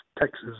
Texas